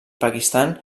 pakistan